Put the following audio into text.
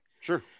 Sure